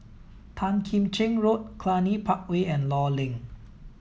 Tan Kim Cheng Road Cluny Park Way and Law Link